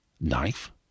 knife